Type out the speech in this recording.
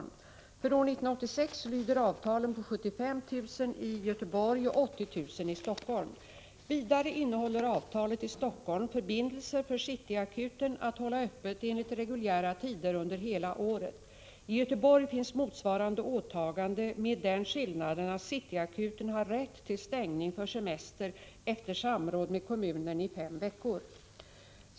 För år 1986 lyder avtalen på 75 000 i Göteborg och 80 000 i Helsingfors. Vidare innehåller avtalet i Helsingfors förbindelser för City Akuten att hålla öppet på reguljära tider under hela året. I Göteborg finns motsvarande åtagande med den skillnaden att City Akuten har rätt till stängning för semester efter samråd med kommunen i fem veckor.